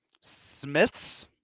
Smiths